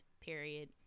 Period